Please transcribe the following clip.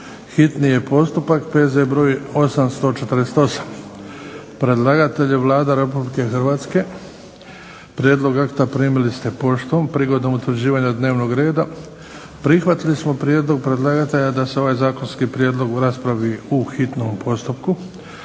čitanje, P.Z. br. 848 Predlagatelj je Vlada Republike Hrvatske. Prijedlog akta primili ste poštom. Prigodom utvrđivanja dnevnog reda prihvatili smo prijedlog predlagatelja da se ovaj zakonski prijedlog raspravi u hitnom postupku.